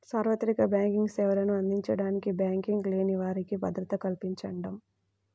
సార్వత్రిక బ్యాంకింగ్ సేవలను అందించడానికి బ్యాంకింగ్ లేని వారికి భద్రత కల్పించడం